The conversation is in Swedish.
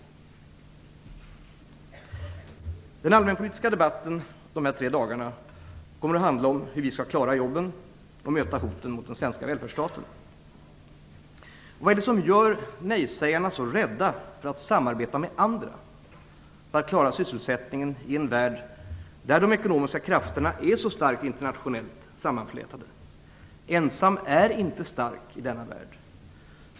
Den allmänpolitiska debatten under dessa tre dagar kommer att handla om hur vi skall klara jobben och möta hoten mot den svenska välfärdsstaten. Vad är det som gör nej-sägarna så rädda för att samarbeta med andra för att klara sysselsättningen i en värld där de ekonomiska krafterna är så starkt internationellt sammanflätade? Ensam är inte stark i denna värld.